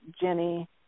Jenny